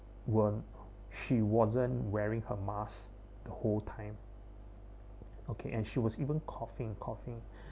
weren't she wasn't wearing her mask the whole time okay and she was even coughing coughing